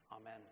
Amen